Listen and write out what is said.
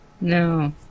No